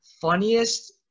funniest